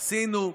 עשינו.